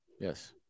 Yes